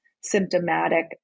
symptomatic